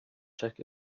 check